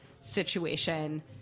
situation